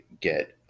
get